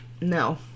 No